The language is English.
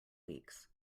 weeks